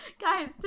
guys